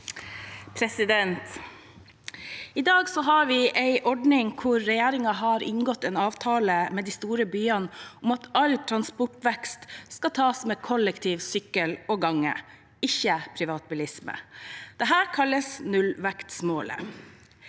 I dag har vi en ord- ning der regjeringen har inngått en avtale med de store byene om at all transportvekst skal tas med kollektiv, sykkel og gange – ikke privatbilisme. Dette kalles nullvekstmålet.